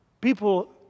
people